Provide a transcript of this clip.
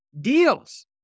deals